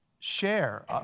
share